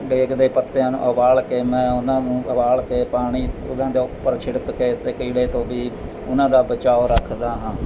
ਡੇਕ ਦੇ ਪੱਤਿਆਂ ਨੂੰ ਉਬਾਲ ਕੇ ਮੈਂ ਓਹਨਾਂ ਨੂੰ ਉਬਾਲ ਕੇ ਪਾਣੀ ਓਹਨਾਂ ਦੇ ਉੱਪਰ ਛਿੜਕ ਕੇ ਅਤੇ ਕੀੜੇ ਤੋਂ ਵੀ ਓਹਨਾਂ ਦਾ ਬਚਾਓ ਰੱਖਦਾ ਹਾਂ